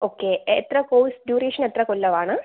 okay എത്ര course duration എത്ര കൊല്ലം ആണ്